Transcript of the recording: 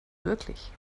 wirklich